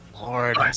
lord